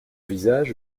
visage